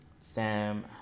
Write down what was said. Sam